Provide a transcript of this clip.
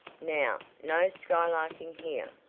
now, no skylarking here,